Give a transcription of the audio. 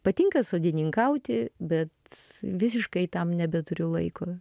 patinka sodininkauti bet visiškai tam nebeturiu laiko